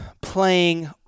playing